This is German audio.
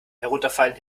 herunterfallen